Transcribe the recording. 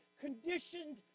conditioned